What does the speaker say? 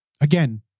Again